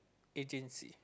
agency